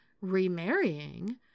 remarrying